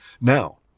Now